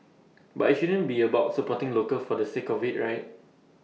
but IT shouldn't be about supporting local for the sake of IT right